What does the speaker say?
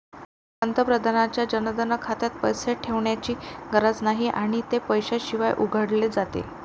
पंतप्रधानांच्या जनधन खात्यात पैसे ठेवण्याची गरज नाही आणि ते पैशाशिवाय उघडले जाते